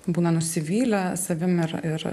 būna nusivylę savim ir ir